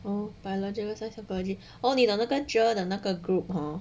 !huh! biological science 跟 psychology 哦你懂那个 cher 的那个 group hor